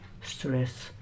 stress